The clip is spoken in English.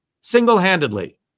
single-handedly